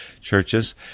churches